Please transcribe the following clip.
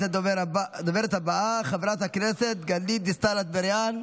הדוברת הבאה, חברת הכנסת גלית דיסטל אטבריאן,